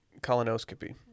colonoscopy